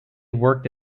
worked